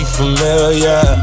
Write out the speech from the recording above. familiar